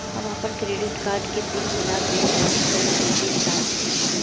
हम आपन credit card के पिन भुला गइल बानी त कइसे प्राप्त होई?